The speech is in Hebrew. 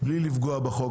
בלי לפגוע בחוק,